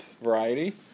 variety